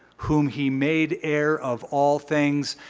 whom he made heir of all things.